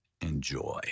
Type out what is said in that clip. enjoy